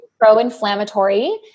pro-inflammatory